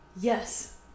yes